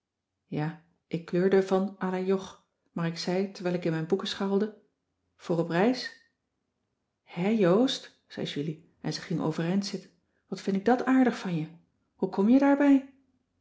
ja ik kleurde ervan à la jog maar ik zei terwijl ik in mijn boeken scharrelde voor op reis hè joost zei julie en ze ging overeind zitten wat vind ik dat aardig van je hoe kom je daarbij